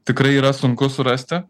tikrai yra sunku surasti